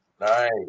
Nice